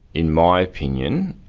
in my opinion,